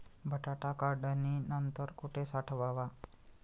बटाटा काढणी नंतर कुठे साठवावा?